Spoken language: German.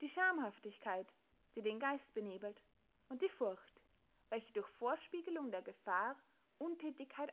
die schamhaftigkeit die den geist benebelt und die furcht welche durch vorspieglung der gefahr unthätigkeit